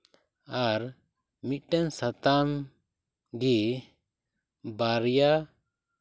ᱟᱨ ᱢᱤᱫᱴᱟᱹᱝ ᱥᱟᱛᱟᱢ ᱜᱮ ᱵᱟᱨᱭᱟ